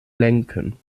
lenken